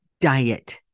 diet